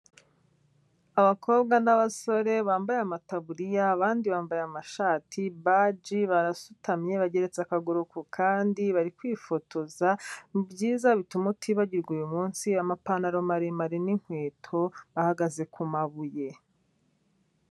Abakobwa n'abasore bambaye amataburiya, abandi bambaye amashati, baji, barasutamye bageretse akaguru ku kandi bari kwifotoza, ni byiza bituma utibagirwa uyu munsi amapantaro maremare n'inkweto, bahagaze ku mabuye.